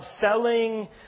selling